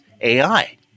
ai